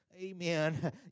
Amen